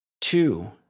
Two